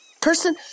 Person